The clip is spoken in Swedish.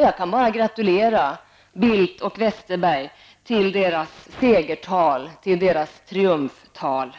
Jag kan bara gratulera Carl Bildt och Bengt Westerberg till deras seger och triumftal.